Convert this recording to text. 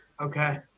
Okay